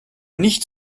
nicht